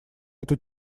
эту